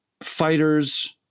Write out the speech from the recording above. Fighters